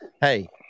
Hey